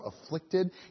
afflicted